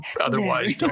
otherwise